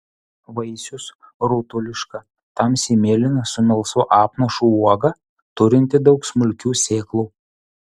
vaisius rutuliška tamsiai mėlyna su melsvu apnašu uoga turinti daug smulkių sėklų